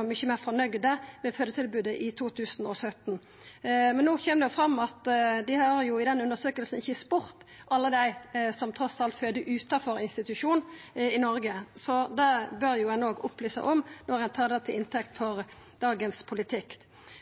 mykje meir fornøgde med fødetilbodet i 2017. No kjem det fram at ein i den undersøkinga ikkje har spurt alle dei som trass alt føder utanfor institusjon i Noreg. Det bør ein jo opplyse om når ein tar det til inntekt for dagens politikk.